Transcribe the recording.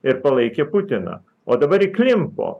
ir palaikė putiną o dabar įklimpo